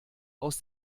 aus